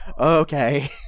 okay